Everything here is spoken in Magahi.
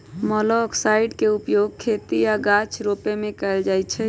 मोलॉक्साइड्स के उपयोग खेती आऽ गाछ रोपे में कएल जाइ छइ